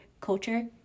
culture